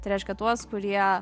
tai reiškia tuos kurie